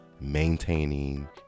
maintaining